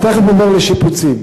אני תיכף עובר לשיפוצים.